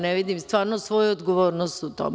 Ne vidim stvarno svoju odgovornost u tome.